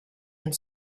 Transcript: and